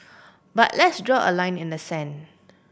but let's draw a line in the sand